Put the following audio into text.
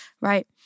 right